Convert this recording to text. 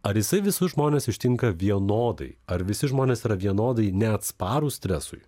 ar jisai visus žmones ištinka vienodai ar visi žmonės yra vienodai neatsparūs stresui